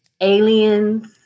aliens